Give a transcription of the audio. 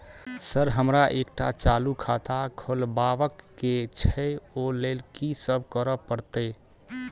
Sir हमरा एकटा चालू खाता खोलबाबह केँ छै ओई लेल की सब करऽ परतै?